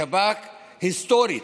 השב"כ, היסטורית,